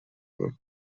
were